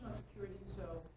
security. so